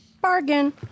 Bargain